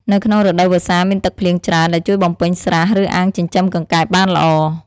នៅក្នុងរដូវវស្សាមានទឹកភ្លៀងច្រើន ដែលជួយបំពេញស្រះ ឬអាងចិញ្ចឹមកង្កែបបានល្អ។